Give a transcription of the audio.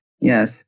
Yes